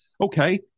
Okay